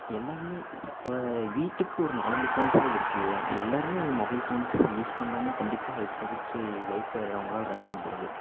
எல்லாேருமே இப்போ வீட்டுக்கு ஒரு நாலஞ்சு ஃபோன்ஸாவது இருக்குது எல்லாேருமே மொபைல் ஃபோன்ஸ் யூஸ் பண்ணாமல் கண்டிப்பாக இப்போதைக்கு லைஃப்பை அவங்களால் ரன் பண்ண முடியாது